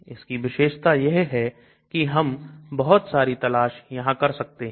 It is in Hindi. इसकी विशेषता यह है कि हम बहुत सारी तलाश यहां कर सकते हैं